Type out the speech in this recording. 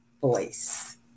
voice